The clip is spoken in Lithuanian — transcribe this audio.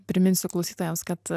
priminsiu klausytojams kad